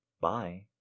Bye